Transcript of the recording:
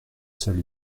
seule